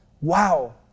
wow